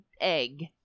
egg